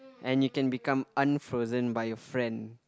and you can become unfrozen by your friend